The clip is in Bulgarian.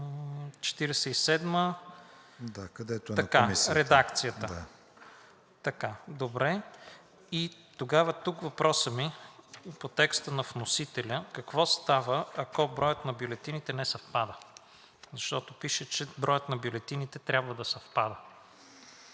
Добре. Тогава тук въпросът ми и по текста на вносителя: какво става, ако броят на бюлетините не съвпада? Защото пише, че броят на бюлетините трябва да съвпада.